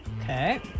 Okay